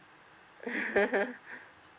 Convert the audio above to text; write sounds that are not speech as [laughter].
[laughs]